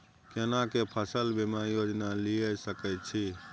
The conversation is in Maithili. केना के फसल बीमा योजना लीए सके छी?